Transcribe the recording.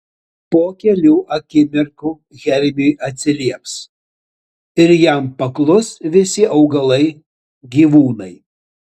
po kelių akimirkų hermiui atsilieps ir jam paklus visi augalai gyvūnai